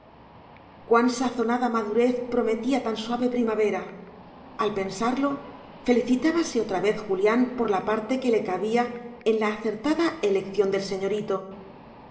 cuán sazonada madurez prometía tan suave primavera al pensarlo felicitábase otra vez julián por la parte que le cabía en la acertada elección del señorito